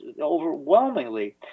overwhelmingly